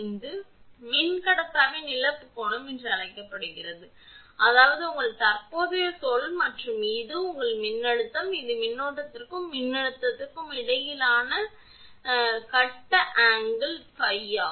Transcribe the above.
கோணம் மின்கடத்தாவின் இழப்பு கோணம் என அழைக்கப்படுகிறது அதாவது இது உங்கள் தற்போதைய சொல் மற்றும் இது உங்கள் மின்னழுத்தம் மற்றும் இது மின்னோட்டத்திற்கும் மின்னழுத்தத்திற்கும் இடையிலான கட்ட கோணம் 𝜙 ஆகும்